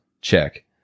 check